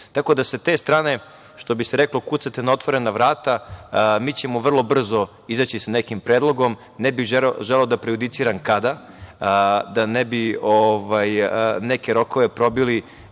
da sa te strane što bi se reklo, kucate na otvorena vrata. Mi ćemo vrlo brzo izaći sa nekim predlogom. Ne bih želeo da prejudiciram kada, da ne bi neke rokove probili,